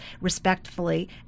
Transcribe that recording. respectfully